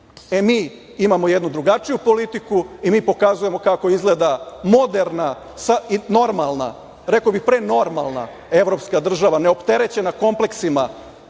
Mi imamo jednu drugačiju politiku i mi pokazujemo kako izgleda moderna, normalna, rekao bih pre normalna evropska država, neopterećena kompleksima,